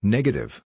Negative